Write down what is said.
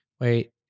Wait